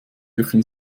öffnen